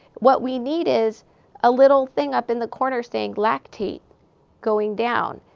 what we need is a little thing up in the corner saying lactate going down,